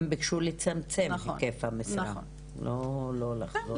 הן ביקשו לצמצם את היקף המשרה ולא לא לחזור בכלל.